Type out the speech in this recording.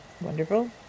Wonderful